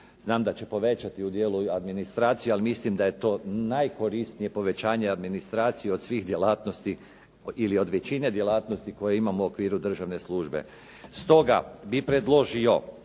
znam da će povećati u dijelu administraciju ali mislim da je to najkorisnije povećanje administracije od svih djelatnosti ili od većine djelatnosti koje imamo u okviru državne službe.